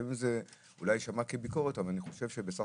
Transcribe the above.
אולי זה יישמע כביקורת אבל אני חושב שגם שבסך